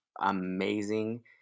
amazing